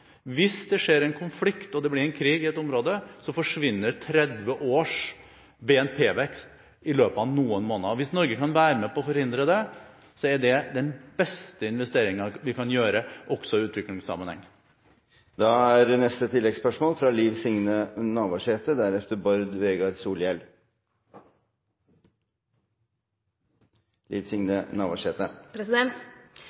Hvis det blir en konflikt, og det blir krig i et område, forsvinner 30 års BNP-vekst i løpet av noen måneder. Hvis Norge kan være med på å forhindre det, er det den beste investeringen vi kan gjøre i utviklingssammenheng. Liv Signe Navarsete – til oppfølgingsspørsmål. FN sitt matvareprogram er